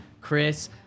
chris